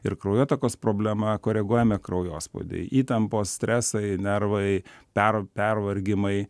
ir kraujotakos problema koreguojame kraujospūdį įtampos stresai nervai per pervargimai